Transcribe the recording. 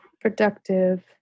productive